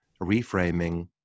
reframing